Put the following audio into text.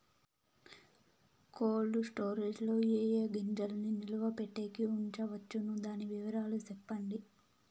Cold storage లో ఏ ఏ గింజల్ని నిలువ పెట్టేకి ఉంచవచ్చును? దాని వివరాలు సెప్పండి?